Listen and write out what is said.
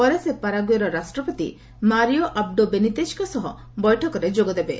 ପରେ ସେ ପାରାଗୁଏର ରାଷ୍ଟ୍ରପତି ମାରିଓ ଆବ୍ଡୋ ବେନିତେକ୍ଙ୍କ ସହ ବୈଠକରେ ଯୋଗଦେବେ